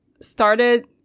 started